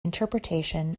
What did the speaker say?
interpretation